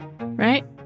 right